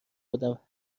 آدم